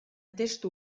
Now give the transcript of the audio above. testu